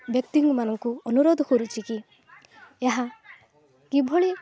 ବ୍ୟକ୍ତିମାନଙ୍କୁ ଅନୁରୋଧ କରୁଛିକି ଏହା କିଭଳି